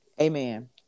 Amen